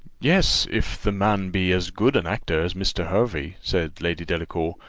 yes, if the man be as good an actor as mr. hervey, said, lady delacour,